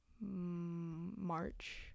march